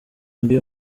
mbi